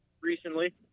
recently